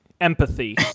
empathy